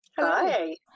Hi